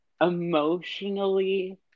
emotionally